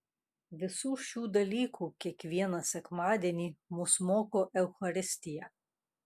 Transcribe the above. visų šių dalykų kiekvieną sekmadienį mus moko eucharistija